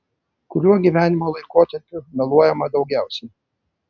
kuriuo gyvenimo laikotarpiu meluojama daugiausiai